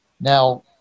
Now